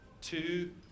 Two